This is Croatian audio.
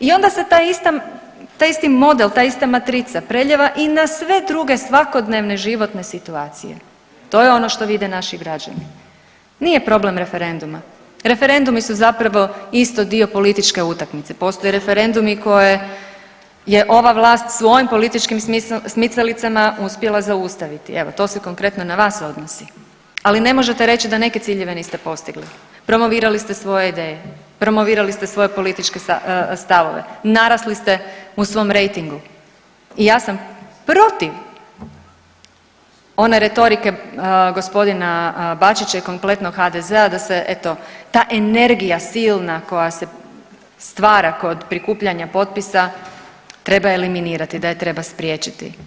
I onda se ta ista, taj isti model, ta ista matrica preljeva i na sve druge svakodnevne životne situacije, to je ono što vide naši građani, nije problem referenduma, referendumi su zapravo isto dio političke utakmice, postoje referendumi koje je ova vlast svojim političkim smicalicama uspjela zaustaviti, evo to se konkretno na vas odnosi, ali ne možete reći da neke ciljeve niste postigli, promovirali ste svoje ideje, promovirali ste svoje političke stavove, narasli ste u svom rejtingu i ja sam protiv one retorike g. Bačića i kompletnog HDZ-a da se eto ta energija silna koja se stvara kod prikupljanja potpisa treba eliminirati, da je treba spriječiti.